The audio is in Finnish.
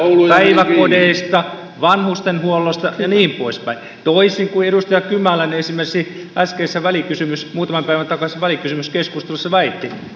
päiväkodeista vanhustenhuollosta ja niin poispäin toisin kuin edustaja kymäläinen esimerkiksi äskeisessä muutaman päivän takaisessa välikysymyskeskustelussa väitti